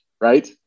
right